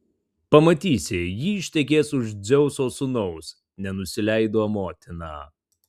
pamatysi ji ištekės už dzeuso sūnaus nenusileido motina